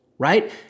right